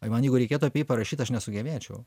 ai man jeigu reikėtų apie jį parašyt aš nesugebėčiau